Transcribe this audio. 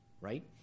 right